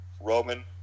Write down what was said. Roman